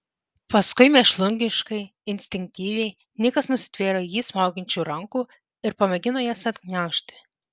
paskui mėšlungiškai instinktyviai nikas nusitvėrė jį smaugiančių rankų ir pamėgino jas atgniaužti